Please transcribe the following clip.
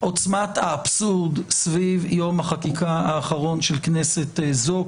עוצמת האבסורד סביב יום החקיקה האחרון של כנסת זו,